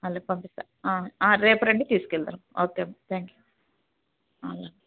మళ్ళీ పంపిస్తాను రేపు రండి తీసుకెళ్దురు ఓకే థ్యాంక్ యూ అలాగే